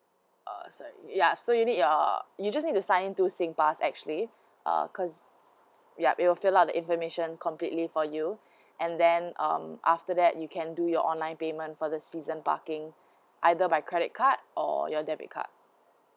uh sorry ya so you need your you just need to sign in through singpass actually err cause yup it'll fill up the information completely for you and then um after that you can do your online payment for the season parking either by credit card or your debit card